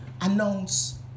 announce